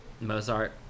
Mozart